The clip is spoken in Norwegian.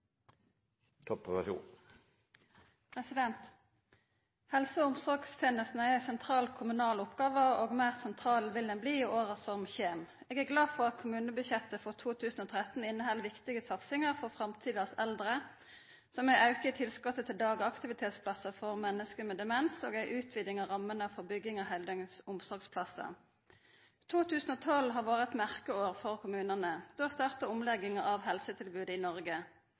Toppe. Helse- og omsorgstenester er ei sentral kommunal oppgåve, og meir sentral vil ho bli i åra som kjem. Eg er glad for at kommunebudsjettet for 2013 inneheld viktige satsingar for framtidas eldre, som ein auke i tilskotet til dagaktivitetsplassar for menneske med demens og ei utviding av rammene for bygging av heildøgns omsorgsplassar. 2012 har vore eit merkeår for kommunane. Då starta omlegginga av helsetilbodet i Noreg.